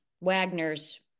Wagner's